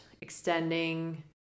extending